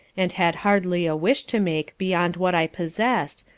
and had hardly a wish to make beyond what i possess'd,